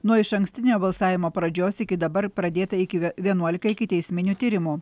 nuo išankstinio balsavimo pradžios iki dabar pradėta iki vienuolika ikiteisminių tyrimų